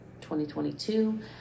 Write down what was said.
2022